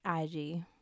IG